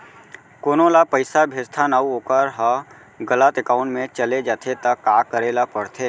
कोनो ला पइसा भेजथन अऊ वोकर ह गलत एकाउंट में चले जथे त का करे ला पड़थे?